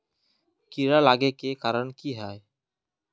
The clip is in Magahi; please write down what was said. कीड़ा लागे के कारण की हाँ?